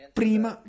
prima